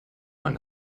man